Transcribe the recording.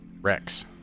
rex